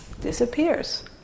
disappears